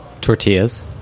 Tortillas